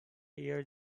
year